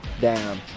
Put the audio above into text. down